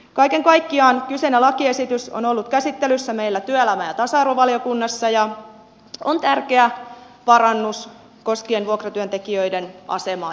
kaiken kaikkiaan kyseinen lakiesitys on ollut käsittelyssä meillä työelämä ja tasa arvovaliokunnassa ja on tärkeä parannus koskien vuokratyöntekijöiden asemaa jatkossa